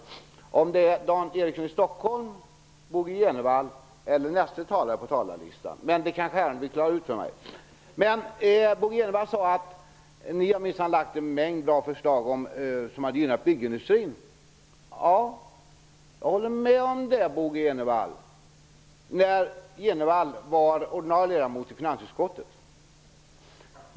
Jag vet inte om det är Dan Eriksson i Stockholm, Bo G Jenevall eller näste talare på talarlistan. Men det kanske herrarna kan klara ut för mig. Bo G Jenevall sade att de minsann hade lagt fram en mängd bra förslag som har gynnat byggindustrin. Jag håller med om att det var så när Bo G Jenevall var ordinarie ledamot i finansutskottet.